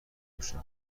باشه